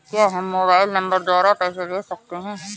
क्या हम mobile number द्वारा पैसे भेज सकते हैं?